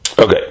Okay